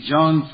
John